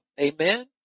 Amen